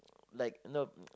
like you know um